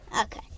Okay